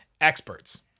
experts